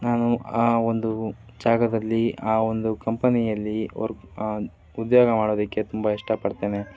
ನಾನು ಆ ಒಂದು ಜಾಗದಲ್ಲಿ ಆ ಒಂದು ಕಂಪನಿಯಲ್ಲಿ ವರ್ಕ್ ಉದ್ಯೋಗ ಮಾಡೋದಕ್ಕೆ ತುಂಬ ಇಷ್ಟಪಡ್ತೇನೆ